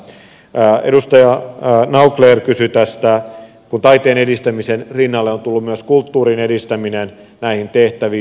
edustaja naucler kysyi tästä kun taiteen edistämisen rinnalle on tullut myös kulttuurin edistäminen näihin tehtäviin